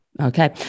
Okay